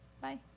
Bye